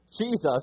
Jesus